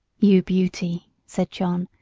you beauty! said john,